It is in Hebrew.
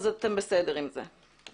אתם בסדר עם זה.